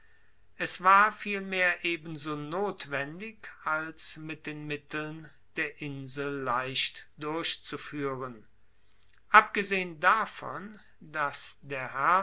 es war vielmehr ebenso notwendig als mit den mitteln der insel leicht durchzufuehren abgesehen davon dass der